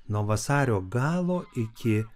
nuo vasario galo iki